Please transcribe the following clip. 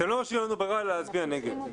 אתם לא משאירים לנו ברירה אלא להצביע נגד.